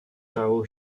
cao